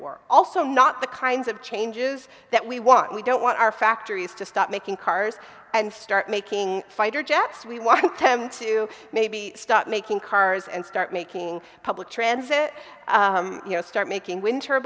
war also not the kinds of changes that we want we don't want our factories to stop making cars and start making fighter jets we want them to maybe start making cars and start making public transit you know start making win